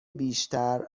بیشتر